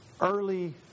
early